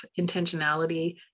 intentionality